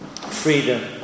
freedom